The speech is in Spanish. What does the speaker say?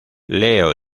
leo